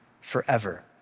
forever